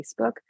Facebook